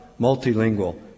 multilingual